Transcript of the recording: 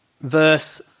verse